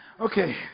Okay